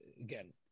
again